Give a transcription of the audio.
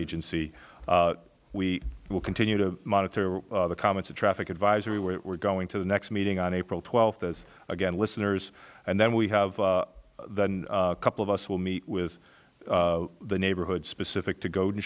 agency we will continue to monitor the comments of traffic advisory where we're going to the next meeting on april twelfth as again listeners and then we have a couple of us will meet with the neighborhood specific to go to